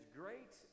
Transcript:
great